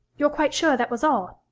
you're quite sure that was all?